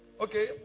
okay